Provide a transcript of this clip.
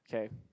okay